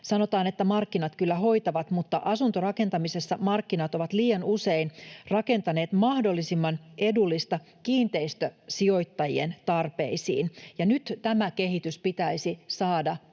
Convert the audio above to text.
Sanotaan, että markkinat kyllä hoitavat, mutta asuntorakentamisessa markkinat ovat liian usein rakentaneet mahdollisimman edullista kiinteistösijoittajien tarpeisiin, ja nyt tämä kehitys pitäisi saada pysäytettyä.